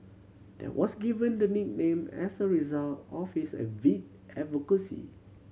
there was given the nickname as a result of his avid advocacy